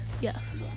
yes